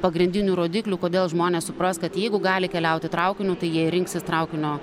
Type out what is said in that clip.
pagrindinių rodiklių kodėl žmonės supras kad jeigu gali keliauti traukiniu tai jie ir rinksis traukinio